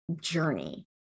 journey